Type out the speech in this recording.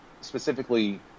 specifically